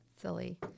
silly